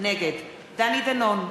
נגד דני דנון,